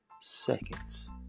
seconds